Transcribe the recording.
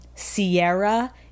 Sierra